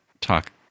talk